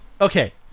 Okay